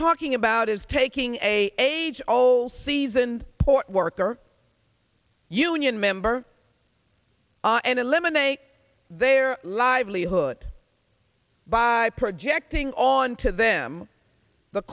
talking about is taking a age all seasoned port worker union member and eliminate their livelihood by projecting on to them the